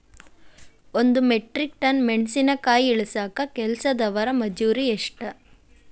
ಒಂದ್ metric ton ಮೆಣಸಿನಕಾಯಿ ಇಳಸಾಕ್ ಕೆಲಸ್ದವರ ಮಜೂರಿ ಎಷ್ಟ?